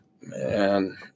Man